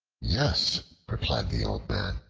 yes, replied the old man.